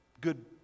good